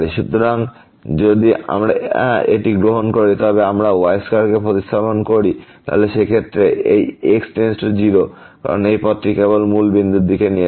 সুতরাং যদি আমরা এটি গ্রহণ করি তবে আমরা এই y2কে প্রতিস্থাপন করি তাহলে সেই ক্ষেত্রে এই সীমা x → 0 কারণ এই পথটি কেবল মূল বিন্দুর দিকে নিয়ে যাবে